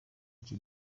iki